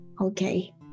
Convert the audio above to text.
Okay